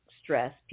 stress